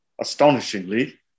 astonishingly